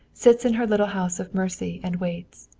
sits in her little house of mercy and waits.